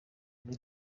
muri